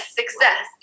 success